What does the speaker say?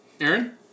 Aaron